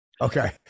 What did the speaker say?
Okay